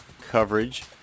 coverage